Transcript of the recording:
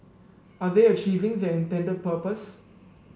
are they achieving their intended purpose